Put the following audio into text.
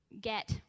get